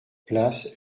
place